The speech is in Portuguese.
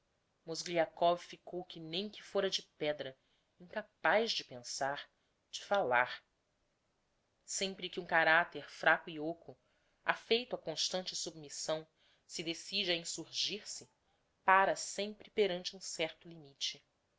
tudo mozgliakov ficou que nem que fôra de pedra incapaz de pensar de falar sempre que um caracter fraco e ôco afeito a constante submissão se decide a insurgir se pára sempre perante um certo limite